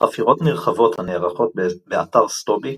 חפירות נרחבות הנערכות באתר סטובי,